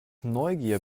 neugier